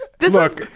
Look